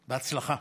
בהצלחה.